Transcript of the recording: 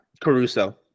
Caruso